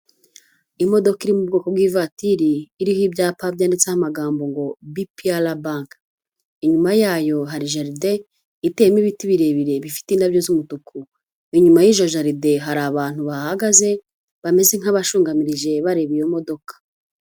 Imodoka iri mu bwoko bw'ivatiri, iriho ibyapa byanditseho amagambo ngo BPR banki, inyuma yayo hari jaride iteyemo ibiti birebire bifite indabyo z'umutuku, inyuma y'iyo jaride,. hari abantu bahagaze bameze nk'abashungamirije bareba iyo modoka